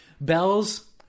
Bells